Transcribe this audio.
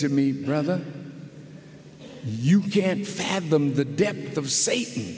to me rather you can't fathom the depth of sa